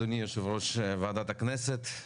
אדוני יושב-ראש ועדת הכנסת.